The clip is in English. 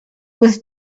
was